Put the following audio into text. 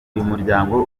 muryango